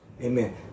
Amen